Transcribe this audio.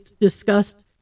discussed